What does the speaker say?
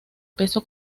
peso